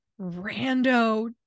rando